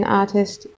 artist